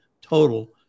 total